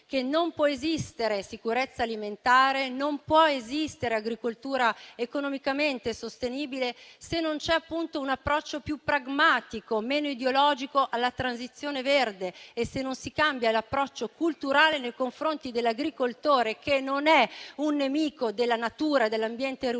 che non può esistere sicurezza alimentare, non può esistere agricoltura economicamente sostenibile se non c'è un approccio più pragmatico, meno ideologico alla transizione verde e se non si cambia l'approccio culturale nei confronti dell'agricoltore, che non è un nemico della natura e dell'ambiente rurale